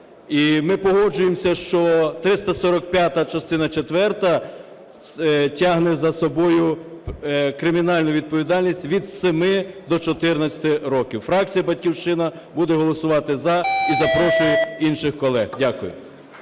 І ми погоджуємося, що 345-а, частина четверта, тягне за собою кримінальну відповідальність від 7 до 14 років. Фракція "Батьківщина" буде голосувати "за" і запрошує інших колег. Дякую.